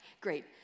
great